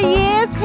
years